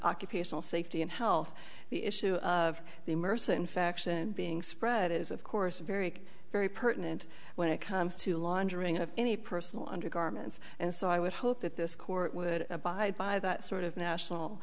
occupational safety and health the issue of the merson faction being spread is of course very very pertinent when it comes to laundering of any personal undergarments and so i would hope that this court would abide by that sort of national